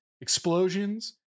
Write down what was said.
explosions